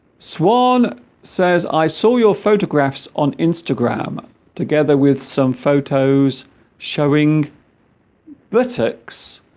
swan says i saw your photographs on instagram together with some photos showing britax